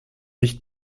nicht